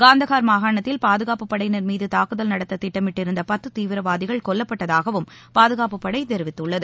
காந்தகார் மாகாணத்தில் பாதுகாப்புப்படையினர் மீது தாக்குதல் நடத்த திட்டமிட்டிருந்த பத்து தீவிரவாதிகள் கொல்லப்பட்டதாகவும் பாதுகாப்புப்படை தெரிவித்துள்ளது